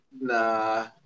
Nah